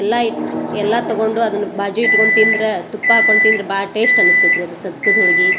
ಎಲ್ಲಾ ಹಿಟ್ಟು ಎಲ್ಲ ತಗೊಂಡು ಅದನ್ನ ಬಾಜು ಇಟ್ಕೊಂಡು ತಿಂದರೆ ತುಪ್ಪ ಹಾಕೊಂಡು ತಿಂದ್ರೆ ಭಾಳ ಟೇಶ್ಟ್ ಅನ್ನಸ್ತೈತಿ ರೀ ಅದು ಸಜ್ಕದ ಹೋಳ್ಗಿ